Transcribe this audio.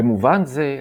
במובן זה,